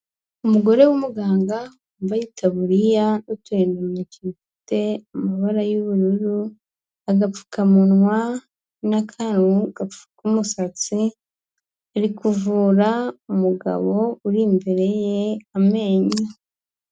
Umugore w'umuganga wambaye itaburiya n'uturindantoki dufite amabara y'ubururu, agapfukamunwa n'akantu gapfuka umusatsi, ari kuvura umugabo uri imbere ye amenyo.